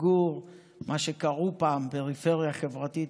לגור במה שקראו לו פעם פריפריה חברתית,